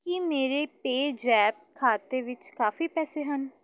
ਕੀ ਮੇਰੇ ਪੇਜੈਪ ਖਾਤੇ ਵਿੱਚ ਕਾਫ਼ੀ ਪੈਸੇ ਹਨ